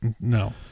No